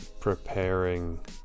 preparing